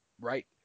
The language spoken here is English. right